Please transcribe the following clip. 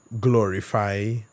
glorify